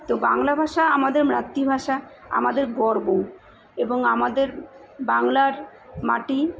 তো বাংলা ভাষা আমাদের মাতৃভাষা আমাদের গর্ব এবং আমাদের বাংলার মাটি